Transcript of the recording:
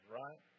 right